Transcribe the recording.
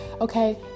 Okay